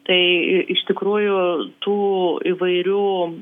tai iš tikrųjų tų įvairių